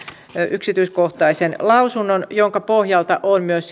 yksityiskohtaisen lausunnon jonka pohjalta on myös